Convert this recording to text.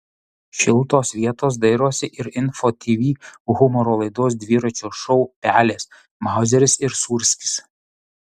šiltos vietos dairosi ir info tv humoro laidos dviračio šou pelės mauzeris ir sūrskis